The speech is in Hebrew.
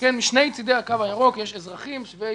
משני צדי הקו הירוק, יש אזרחים שווי